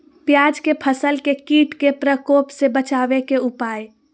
प्याज के फसल के कीट के प्रकोप से बचावे के उपाय?